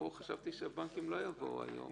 אני מקווה שנוכל לסיים היום.